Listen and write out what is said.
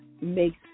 makes